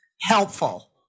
helpful